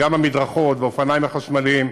גם המדרכות והאופניים החשמליים,